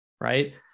right